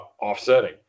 offsetting